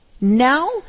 Now